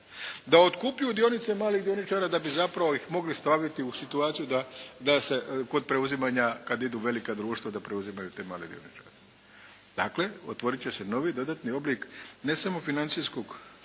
da otkupljuju dionice malih dioničara da bi zapravo ih mogli staviti u situaciju da se kod preuzimanja kad idu velika društva da preuzimaju te male dioničare. Dakle otvorit će se novi dodatni oblik ne samo financijskog